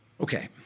okay